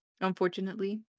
Unfortunately